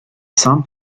some